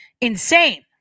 insane